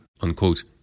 unquote